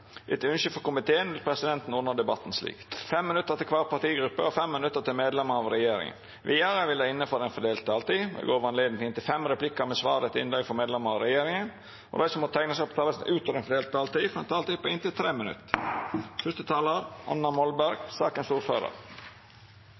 Etter ønske frå arbeids- og sosialkomiteen vil presidenten ordna debatten slik: 5 minutt til kvar partigruppe og 5 minutt til medlemer av regjeringa. Vidare vil det – innanfor den fordelte taletida – verta gjeve høve til inntil fem replikkar med svar etter innlegg frå medlemer av regjeringa, og dei som måtte teikna seg på talarlista utover den fordelte taletida, får ei taletid på inntil 3 minutt.